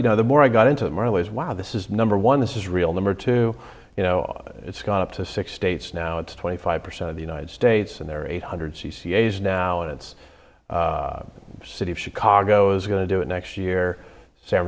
you know the more i got into my ways wow this is number one this is real number two you know it's gone up to six states now it's twenty five percent of the united states and there are eight hundred c c s now and it's a city of chicago is going to do it next year san